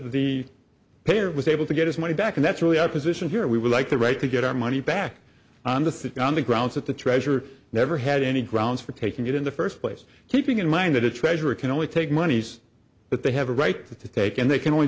the player was able to get his money back and that's really our position here we would like the right to get our money back on the think on the grounds that the treasurer never had any grounds for taking it in the first place keeping in mind that a treasury can only take monies that they have a right to take and they can only